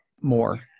more